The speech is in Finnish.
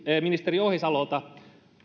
ministeri ohisalolta